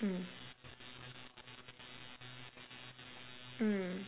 mm mm